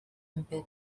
imbere